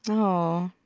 oh,